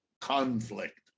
conflict